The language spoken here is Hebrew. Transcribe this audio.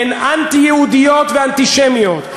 הן אנטי-יהודיות ואנטישמיות,